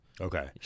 Okay